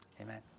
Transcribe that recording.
amen